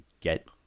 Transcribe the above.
get